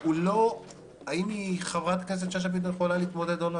הדיון פה הוא לא האם חברת הכנסת שאשא ביטון יכולה להתמודד או לא,